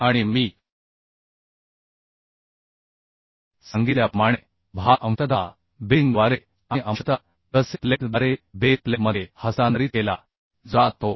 आणि मी सांगितल्याप्रमाणे भार अंशतः बेरिंगद्वारे आणि अंशतः गसेट प्लेटद्वारे बेस प्लेटमध्ये हस्तांतरित केला जातो